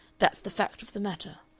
that's the fact of the matter.